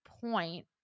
point